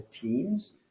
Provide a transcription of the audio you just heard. teams